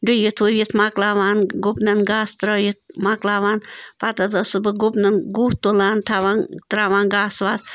ڈُیِتھ وُیِتھ مۄکلاوان گُپنَن گاسہٕ ترٛٲیِتھ مۄکلاوان پتہٕ حظ ٲسٕس بہٕ گُپنَن گُہہ تُلان تھاوان ترٛاوان گاسہٕ واسہٕ